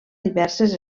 diverses